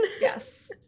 Yes